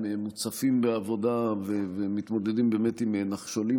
הם מוצפים בעבודה ומתמודדים באמת עם נחשולים